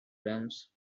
realms